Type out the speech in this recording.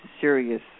serious